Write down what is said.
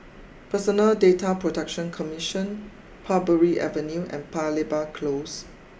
Personal Data Protection Commission Parbury Avenue and Paya Lebar close